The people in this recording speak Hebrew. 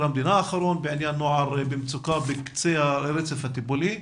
המדינה האחרון בנושא נוער במצוקה בקצה הרצף הטיפולי,